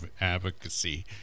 advocacy